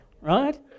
Right